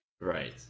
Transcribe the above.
right